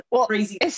crazy